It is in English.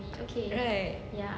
I know right